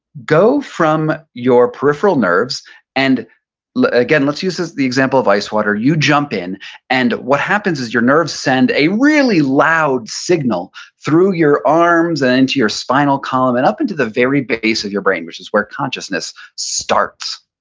go from your peripheral nerves and again, let's use this the example of ice water. you jump in and what happens is your nerves send a really loud signal through your arms and into your spinal column, and up into the very base of your brain, which is where consciousness starts